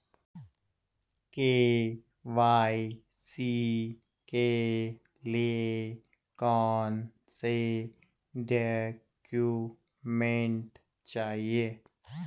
KYC के लिए कौनसे डॉक्यूमेंट चाहिये?